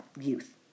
youth